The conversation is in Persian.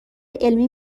علمی